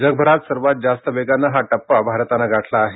जगभरात सर्वात जास्त वेगानं हा टप्पा भारतानं गाठला आहे